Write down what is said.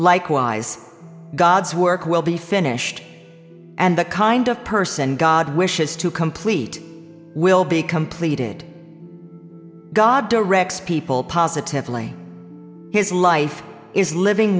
likewise god's work will be finished and the kind of person god wishes to complete will be completed god directs people positively his life is living